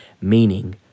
meaning